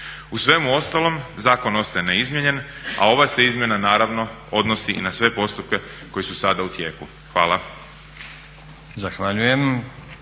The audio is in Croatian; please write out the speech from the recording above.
U svemu ostalom zakon ostaje neizmijenjen, a ova se izmjena naravno odnosi i na sve postupke koji su sada u tijeku. Hvala.